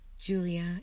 Julia